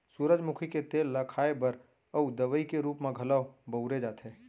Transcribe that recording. सूरजमुखी के तेल ल खाए बर अउ दवइ के रूप म घलौ बउरे जाथे